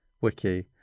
wiki